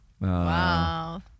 Wow